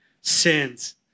sins